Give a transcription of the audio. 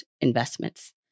investments